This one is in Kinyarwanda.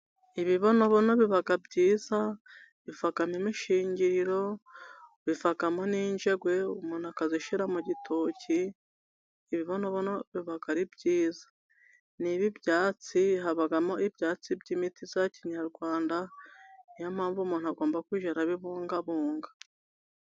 Ibibonobono biba byiza, bivamo imishingiriro, bivamo n'injegwe umuntu akazishyira mu gitoki, ibibonobono biba ari byiza, n'ibi byatsi habamo ibyatsi by'imiti ya kinyarwanda, ni yo mpamvu umuntu agomba kujya arabingabunga.